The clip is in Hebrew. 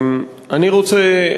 אני רוצה,